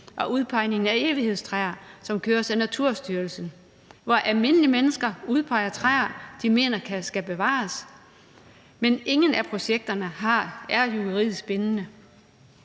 og udpegningen af evighedstræer, som køres af Danmarks Naturfredningsforening, og hvor almindelige mennesker udpeger træer, de mener skal bevares. Men ingen af projekterne er juridisk bindende.